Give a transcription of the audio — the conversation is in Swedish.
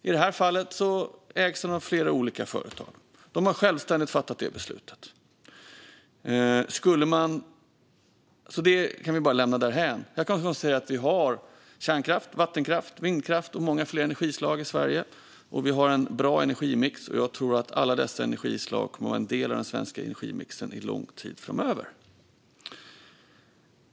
I det här fallet ägs det av flera olika företag som självständigt har fattat beslutet, så detta kan vi lämna därhän. Jag kan konstatera att vi har kärnkraft, vattenkraft, vindkraft och många fler energislag i Sverige. Vi har en bra energimix, och jag tror att alla dessa energislag kommer att vara en del av den svenska energimixen under lång tid framöver.